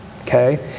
okay